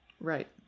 right